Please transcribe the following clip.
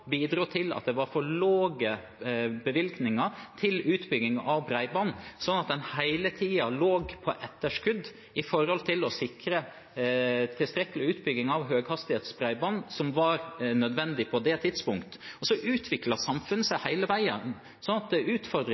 bidro til at det var for lave bevilgninger til utbygging av bredbånd, slik at en hele tiden lå på etterskudd når det gjaldt å sikre tilstrekkelig utbygging av høyhastighetsbredbånd som var nødvendig på det tidspunktet. Så utviklet samfunnet seg hele veien, så utfordringen blir at en må høyere kapasitet, og en må øke målene. Det er